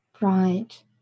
Right